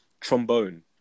trombone